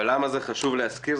ולמה זה חשוב להזכיר?